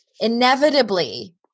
inevitably